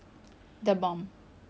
simple makanan simple